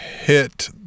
hit –